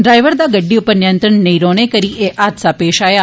driver दा गड्डी उप्पर नियंत्रण नेंइ रौहने करी एह हादसा पेश आया